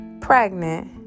pregnant